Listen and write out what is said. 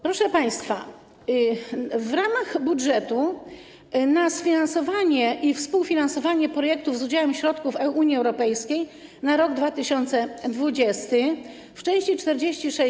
Proszę państwa, w ramach budżetu na sfinansowanie i współfinansowanie projektu z udziałem środków Unii Europejskiej na rok 2020 w części 46: